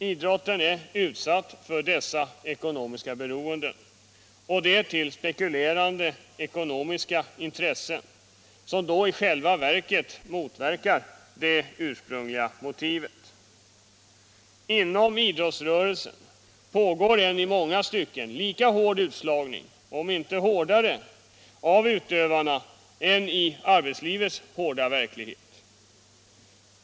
Idrotten är utsatt för dessa ekonomiska beroenden, och de till spekulerande ekonomiska intressen, som då i själva verket motverkar det ursprungliga motivet. Inom idrottsrörelsen pågår en i många stycken lika hård utslagning — om inte hårdare — av utövarna som i arbetslivets hårda verklighet.